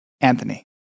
Anthony